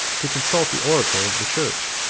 to consult the oracle of the church.